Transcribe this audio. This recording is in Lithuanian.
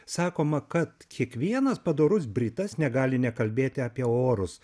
sakoma kad kiekvienas padorus britas negali nekalbėti apie orus